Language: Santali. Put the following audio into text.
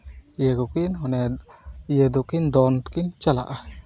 ᱤᱭᱟᱹ ᱠᱚᱠᱤᱱ ᱢᱟᱱᱮ ᱤᱭᱟᱹ ᱫᱚᱠᱤᱱ ᱫᱚᱱ ᱠᱤᱱ ᱪᱟᱞᱟᱜᱼᱟ